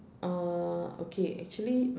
uh okay actually